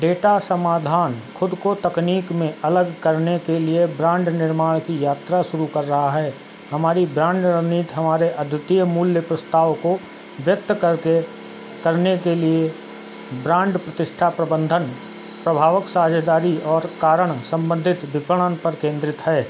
data समाधान ख़ुद को तकनीक में अलग करने के लिए ब्रांड निर्माण की यात्रा शुरू कर रहा है हमारी ब्रांड रणनीति हमारे अद्वितीय मूल्य प्रस्ताव को व्यक्त करने के लिए ब्रांड प्रतिष्ठा प्रबंधन प्रभावक साझेदारी और कारण संबंधित विपणन पर केंद्रित है